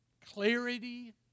clarity